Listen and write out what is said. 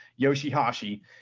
Yoshihashi